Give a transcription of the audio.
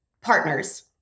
partners